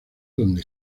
donde